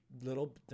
little